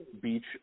Beach